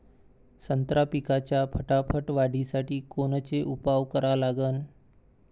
संत्रा पिकाच्या फटाफट वाढीसाठी कोनचे उपाव करा लागन?